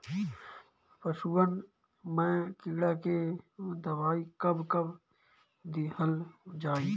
पशुअन मैं कीड़ा के दवाई कब कब दिहल जाई?